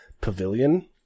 pavilion